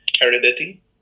heredity